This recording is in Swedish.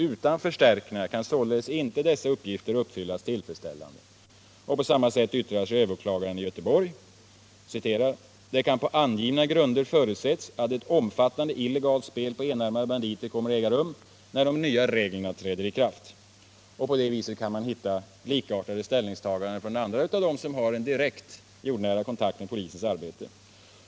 Utan förstärkningar kan således icke dessa uppgifter uppfyllas tillfredsställande.” På samma sätt yttrar sig överåklagaren i Göteborg: ”Det kan på angivna grunder förutses att ett omfattande illegalt spel på enarmade banditer kommer att äga rum, när de nya reglerna träder i kraft.” Man kan hitta likartade ställningstaganden från andra som har en direkt och jordnära kontakt med polisens arbete.